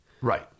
Right